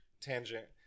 tangent